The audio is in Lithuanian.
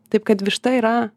taip kad višta yra